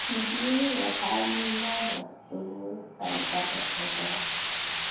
কিৱিৰ ৰেহাই মূল্যৰ বস্তুবোৰ তালিকাবদ্ধ কৰা